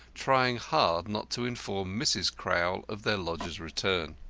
trying hard not to inform mrs. crowl of their lodger's return.